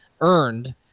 earned—